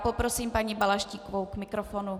Poprosím paní Balaštíkovou k mikrofonu.